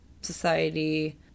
society